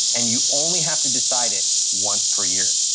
and you only have to decide it once per year,